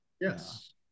Yes